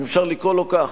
אם אפשר לקרוא לו כך,